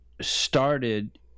started